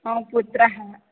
मम पुत्रः